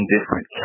different